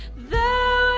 the